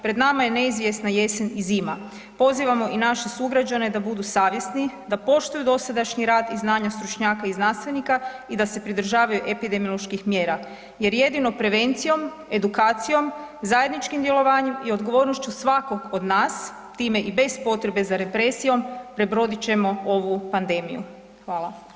Pred nama je neizvjesna jesen i zima, pozivamo i naše sugrađane da budu savjesni, da poštuju dosadašnji rad i znanja stručnjaka i znanstvenika i da se pridržavaju epidemioloških mjera jer jedino prevencijom, edukacijom, zajedničkim djelovanjem i odgovornošću svakog od nas, time i bez potrebe za represijom prebrodit ćemo ovu pandemiju.